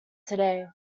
today